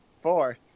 Four